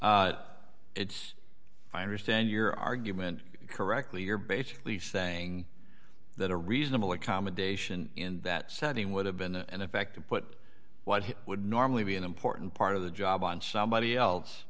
it's it's i understand your argument correctly you're basically saying that a reasonable accommodation in that setting would have been an effect to put what would normally be an important part of the job on somebody else